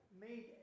made